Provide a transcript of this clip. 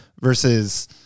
Versus